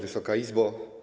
Wysoka Izbo!